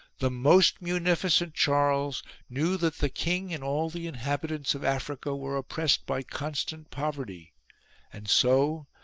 the most munificent charles knew that the king and all the inhabitants of africa were oppressed by constant poverty and so,